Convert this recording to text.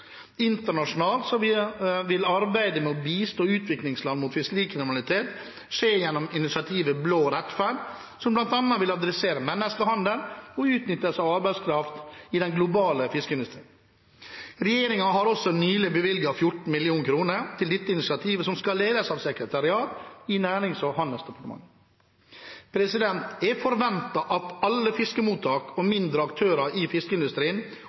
Internasjonalt vil arbeidet med å bistå utviklingsland mot fiskerikriminalitet skje gjennom initiativet «Blå rettferd», som bl.a. vil adressere menneskehandel og utnyttelse av arbeidskraft i den globale fiskeindustrien. Regjeringen har også nylig bevilget 14 mill. kr til dette initiativet, som skal ledes av et sekretariat i Nærings- og fiskeridepartementet. Jeg forventer at alle fiskemottak og andre aktører i fiskeindustrien